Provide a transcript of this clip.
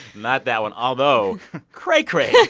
not that one, although cray cray.